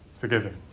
forgiving